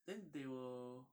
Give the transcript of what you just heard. then they will